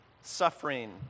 suffering